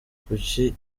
kuki